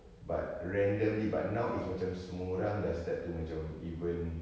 but randomly but now is macam semua orang dah start to macam even